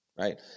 right